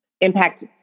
impact